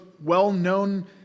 well-known